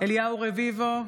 אליהו רביבו,